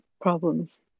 problems